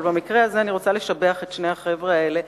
אבל במקרה הזה אני רוצה לשבח את שני החבר'ה האלה,